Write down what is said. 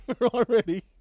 already